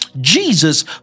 Jesus